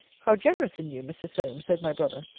how generous in you, mr. solmes, said my brother,